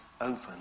open